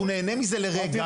הוא נהנה מזה לרגע.